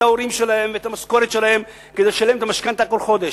את ההורים שלהם ואת המשכורת שלהם כדי לשלם את המשכנתה כל חודש.